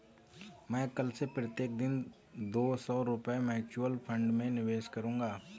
मैं कल से प्रत्येक दिन दो सौ रुपए म्यूचुअल फ़ंड में निवेश करूंगा